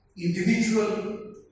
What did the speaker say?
individual